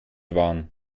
waren